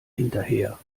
hinterher